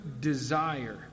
desire